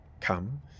come